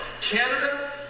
Canada